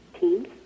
Teams